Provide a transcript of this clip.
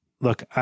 look